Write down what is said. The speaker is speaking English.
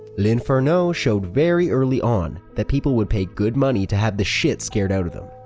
l'inferno showed very early on that people would pay good money to have the shit scared out of them,